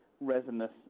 resinous